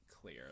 clear